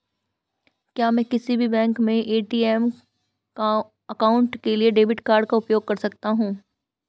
क्या मैं किसी भी बैंक के ए.टी.एम काउंटर में डेबिट कार्ड का उपयोग कर सकता हूं?